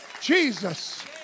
Jesus